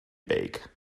bake